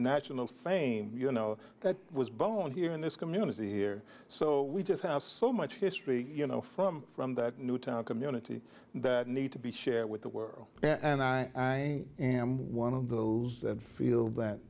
national fame you know that was born here in this community here so we just have so much history you know from from that newtown community that need to be shared with the world and i am one of those that feel that